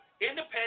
independent